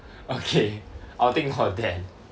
okay I'll take note of that